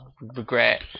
regret